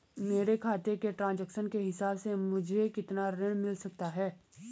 मेरे खाते के ट्रान्ज़ैक्शन के हिसाब से मुझे कितना ऋण मिल सकता है?